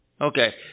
Okay